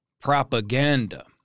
propaganda